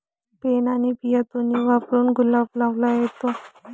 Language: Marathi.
पेन आणि बिया दोन्ही वापरून गुलाब लावता येतो, घरीही गुलाब लावायला प्राधान्य दिले जाते